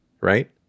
right